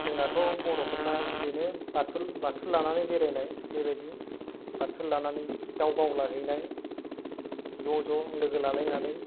जोंनाथ' बर'फोरना बेनो बाथुल बाथुल लानानै बेरायनाय बेबायदि बाथुल लानानै दाव गावलाहैनाय ज' ज' लोगो लालायनानै